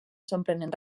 sorprenent